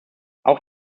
auch